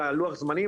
על לוח הזמנים,